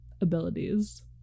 abilities